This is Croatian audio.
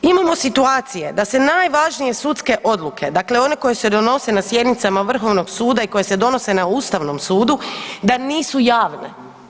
Imamo situacije da se najvažnije sudske odluke dakle one koje se donose na sjednicama VSRH i koje se donose na Ustavnom sudu, da nisu javne.